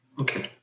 Okay